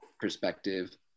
perspective